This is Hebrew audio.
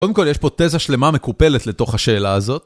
קודם כל יש פה תזה שלמה מקופלת לתוך השאלה הזאת